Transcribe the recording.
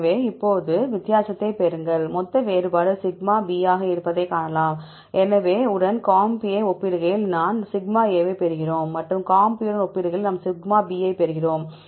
எனவே உடன் comp ஐ ஒப்பிடுகையில் நாம் σ ஐப் பெறுகிறோம் மற்றும் comp உடன் ஒப்பிடுகையில் நாம் σ பெறுவோம்